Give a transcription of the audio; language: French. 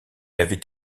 avait